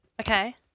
Okay